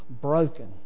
broken